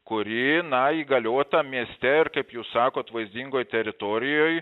kuri na įgaliota mieste ir kaip jūs sakot vaizdingoj teritorijoj